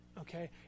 okay